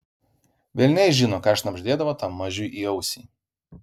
velniai žino ką šnabždėdavo tam mažiui į ausį